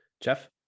jeff